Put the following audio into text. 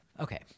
Okay